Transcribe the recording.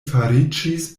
fariĝis